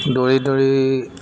দৌৰি দৌৰি